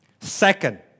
Second